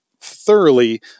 thoroughly